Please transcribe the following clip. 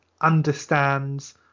understands